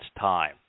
time